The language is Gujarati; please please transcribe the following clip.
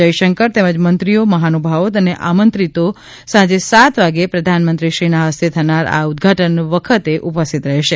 જયશંકર તેમજ મંત્રીઓ મહાનુભાવો અને આમંત્રિતો સાંજે સાત વાગે પ્રધામંત્રીશ્રીના હસ્તે થનારા આ ઉદઘાટન વેળાએ ઉપસ્થિત રહેશે